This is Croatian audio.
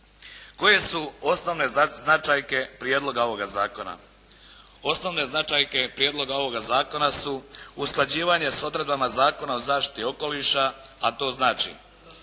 Koje su osnovne značajke prijedloga ovoga zakona? Osnovne značajke prijedloga ovoga zakona su usklađivanje s odredbama Zakona o zaštiti okoliša, a to znači